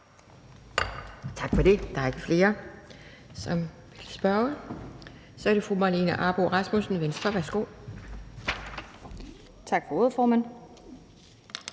Tak for det. Der er ikke flere, som vil spørge. Så er det fru Marlene Ambo-Rasmussen, Venstre. Værsgo. Kl. 12:07 (Ordfører)